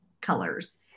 colors